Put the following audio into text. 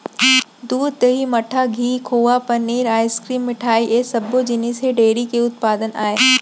दूद, दही, मठा, घींव, खोवा, पनीर, आइसकिरिम, मिठई ए सब्बो जिनिस ह डेयरी के उत्पादन आय